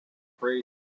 pray